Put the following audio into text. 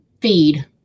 feed